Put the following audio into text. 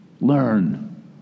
Learn